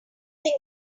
thing